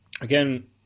again